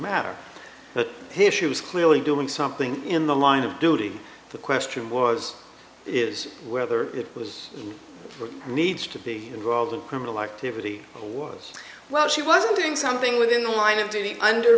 matter but his she was clearly doing something in the line of duty the question was is whether it was for needs to be involved in criminal activity was well she wasn't doing something within the line of duty under